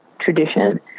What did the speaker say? tradition